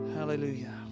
Hallelujah